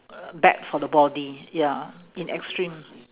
bad for the body ya in extreme